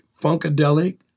funkadelic